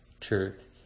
truth